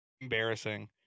embarrassing